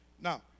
Now